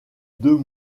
deux